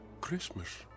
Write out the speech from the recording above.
Christmas